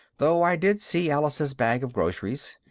though i did see alice's bag of groceries.